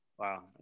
Wow